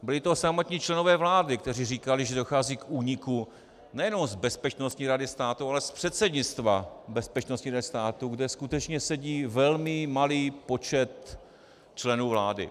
Byli to samotní členové vlády, kteří říkali, že dochází k úniku nejenom z Bezpečnostní rady státu, ale z předsednictva Bezpečnostní rady státu, kde skutečně sedí velmi malý počet členů vlády.